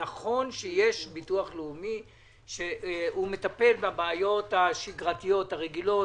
נכון שיש ביטוח לאומי שמטפל בבעיות השגרתיות הרגילות